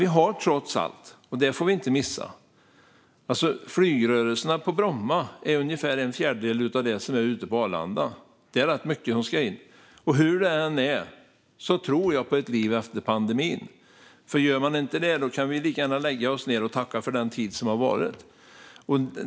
Vi får heller inte glömma att flygrörelserna på Bromma motsvarar ungefär en fjärdedel av dem som är på Arlanda. Det är alltså rätt mycket som ska in. Hur det än är tror jag på ett liv efter pandemin, för gör vi inte det kan vi lika gärna lägga oss ned och tacka för den tid som varit.